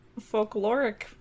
folkloric